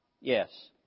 Yes